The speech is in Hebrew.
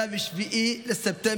אלא ב-7 בספטמבר,